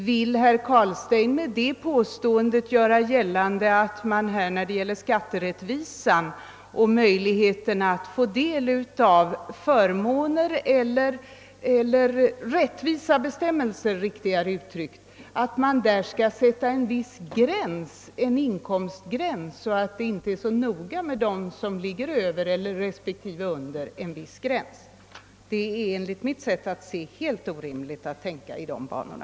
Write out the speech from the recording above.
Vill herr Carlstein med detta påstående göra gällande att man när det gäller skatterättvisa och möjligheter att få del av rättvisa bestämmelser skall sätta en viss inkomstgräns så att det inte är så noga med dem som ligger över respektive under en viss gräns? Det är enligt mitt sätt att se helt orimligt att tänka på detta sätt.